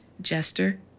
jester